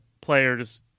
players